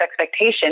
expectation